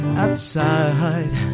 outside